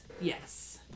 yes